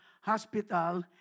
Hospital